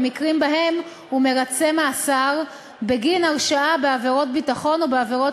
במקרים שבהם הוא מרצה מאסר בגין הרשעה בעבירת ביטחון או בעבירות